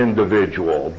Individual